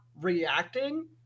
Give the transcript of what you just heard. reacting